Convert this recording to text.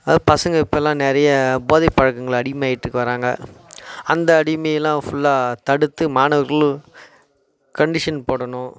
அதுவும் பசங்கள் இப்பெல்லாம் நிறைய போதை பழக்கங்கள் அடிமை ஆகிட்டு வராங்க அந்த அடிமையெல்லாம் ஃபுல்லாக தடுத்து மாணவர்கள் கண்டிஷன் போடணும்